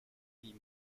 huit